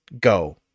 go